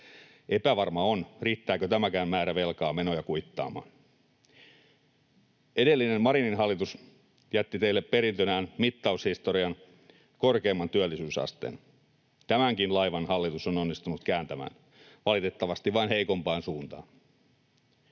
Epävarmaa on, riittääkö tämäkään määrä velkaa menoja kuittaamaan. Edellinen, Marinin hallitus jätti teille perintönään mittaushistorian korkeimman työllisyysasteen. Tämänkin laivan hallitus on onnistunut kääntämään — valitettavasti vain heikompaan suuntaan.